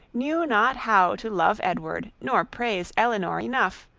knew not how to love edward, nor praise elinor enough,